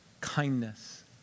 Kindness